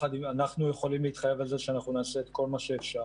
אנחנו יכולים להתחייב על זה שנעשה את כל מה שאפשר